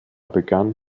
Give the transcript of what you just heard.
begann